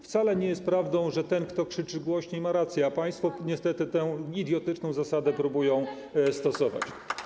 Wcale nie jest prawdą, że ten, kto krzyczy głośniej, ma rację, a państwo niestety tę idiotyczną zasadę próbują stosować.